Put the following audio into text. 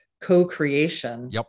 co-creation